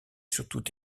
surtout